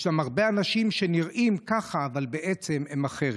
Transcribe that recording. יש הרבה אנשים שנראים ככה אבל הם בעצם אחרת.